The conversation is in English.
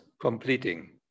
completing